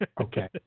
Okay